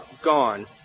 gone